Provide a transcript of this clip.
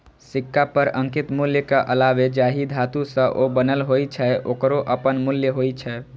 सिक्का पर अंकित मूल्यक अलावे जाहि धातु सं ओ बनल होइ छै, ओकरो अपन मूल्य होइ छै